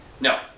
No